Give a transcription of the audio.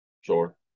Sure